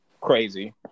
crazy